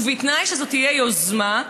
ובתנאי שזאת תהיה יוזמה.